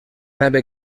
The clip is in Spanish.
nave